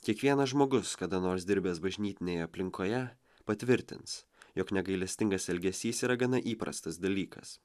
kiekvienas žmogus kada nors dirbęs bažnytinėje aplinkoje patvirtins jog negailestingas elgesys yra gana įprastas dalykas